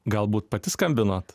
galbūt pati skambinot